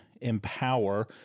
empower